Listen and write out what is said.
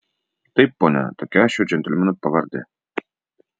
taip pone tokia šio džentelmeno pavardė